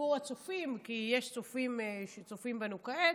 לציבור הצופים, כי יש צופים שצופים בנו כעת.